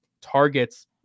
targets